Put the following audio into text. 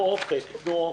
תנו אופק, תנו אופק.